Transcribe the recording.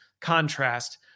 contrast